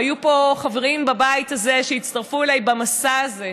היו חברים בבית הזה שהצטרפו אליי במסע הזה,